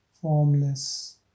formless